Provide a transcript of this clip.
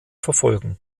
verfolgen